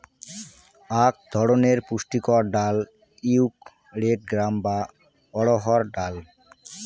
আক ধরণের পুষ্টিকর ডাল হউক রেড গ্রাম বা অড়হর ডাল